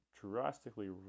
drastically